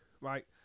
Right